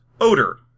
odor